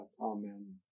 Amen